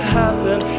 happen